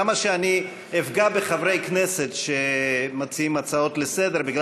למה שאפגע בחברי כנסת שמציעים הצעות לסדר-היום,